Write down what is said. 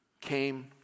came